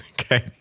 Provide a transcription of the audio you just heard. Okay